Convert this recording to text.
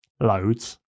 Loads